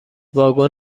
واگن